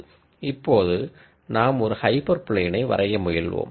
இப்போது நாம் ஒரு ஹைப்பர் பிளேனை வரைய முயல்வோம்